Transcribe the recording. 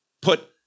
put